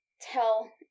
tell